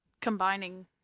Combining